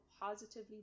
positively